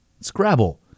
Scrabble